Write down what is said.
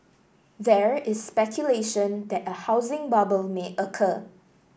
there is speculation that a housing bubble may occur